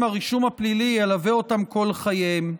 הרישום הפלילי ילווה אותם כל חייהם.